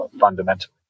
fundamentally